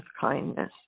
kindness